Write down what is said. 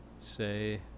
Say